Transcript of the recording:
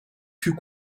fut